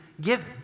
given